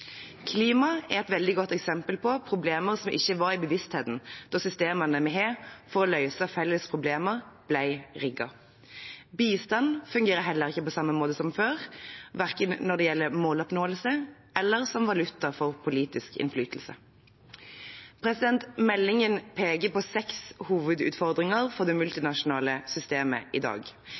Klimaspørsmålet er et veldig godt eksempel på problemer som ikke var i bevisstheten da systemene vi har for å løse felles problemer, ble rigget. Bistand fungerer heller ikke på samme måte som før, verken når det gjelder måloppnåelse, eller som valuta for politisk innflytelse. Meldingen peker på seks hovedutfordringer for det multinasjonale systemet i dag.